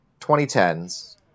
2010s